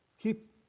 keep